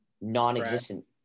Non-existent